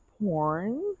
porn